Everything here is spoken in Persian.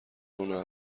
اونو